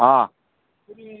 अ